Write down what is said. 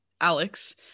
Alex